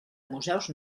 museus